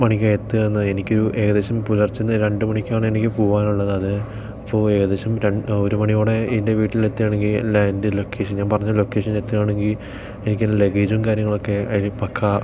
മണിക്കാണ് എത്തുക എന്ന് എനിക്കൊരു ഏകദേശം പുലർച്ചെ നേരം രണ്ട് മണിക്കാണെനിക്ക് പോകാനുള്ളത് അത് അപ്പോൾ ഏകദേശം ഒരു മണിയോടെ എൻ്റെ വീട്ടിലെത്തുകയാണെങ്കിൽ എല്ലാ എൻ്റെ ലൊക്കേഷൻ ഞാൻ പറഞ്ഞ ലൊക്കേഷൻ എത്തുകയാണെങ്കിൽ എനിക്കെൻ്റെ ലഗ്ഗേജും കാര്യങ്ങളൊക്കെ അതിൽ പക്ക